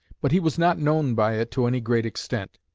but he was not known by it to any great extent.